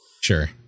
Sure